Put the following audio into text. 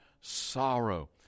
sorrow